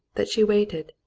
that she waited.